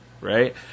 right